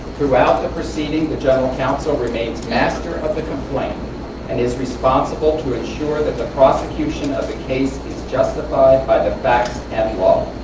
throughout the proceeding, the general counsel remains master of the complaint and is responsible to ensure that the prosecution of a case is justified by the facts and law.